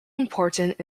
important